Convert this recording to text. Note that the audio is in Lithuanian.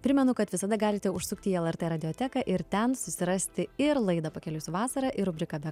primenu kad visada galite užsukti į lrt radioteką ir ten susirasti ir laidą pakeliui su vasara ir rubriką be